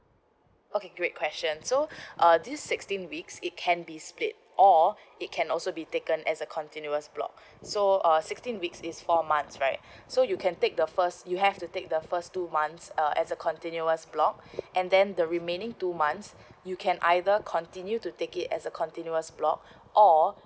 okay great question so uh this sixteen weeks it can be split or it can also be taken as a continuous block so err sixteen weeks is four months right so you can take the first you have to take the first two months uh as a continuous block and then the remaining two months you can either continue to take it as a continuous block or